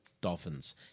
dolphins